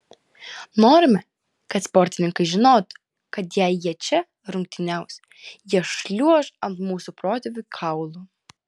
norime kad sportininkai žinotų kad jei jie čia rungtyniaus jie šliuoš ant mūsų protėvių kaulų